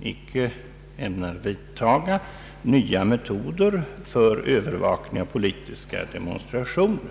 inte ämnar vidtaga några åtgärder för att skapa nya metoder för övervakning av politiska demonstrationer.